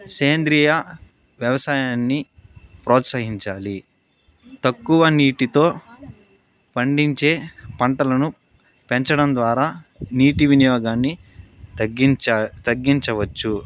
సేంద్రియ వ్యవసాయాన్ని ప్రోత్సహించాలి తక్కువ నీటితో పండించే పంటలను పెంచడం ద్వారా నీటి వినియోగాన్ని తగ్గించవచ్చు